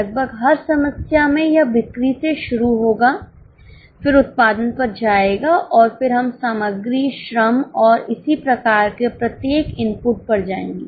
लगभग हर समस्या में यह बिक्री से शुरू होगा फिर उत्पादन पर जाएगा और फिर हम सामग्री श्रम और इसी तरह के प्रत्येक इनपुट पर जाएंगे